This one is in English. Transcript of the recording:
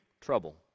trouble